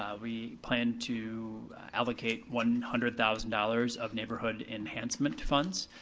we plan to allocate one hundred thousand dollars of neighborhood enhancement funds.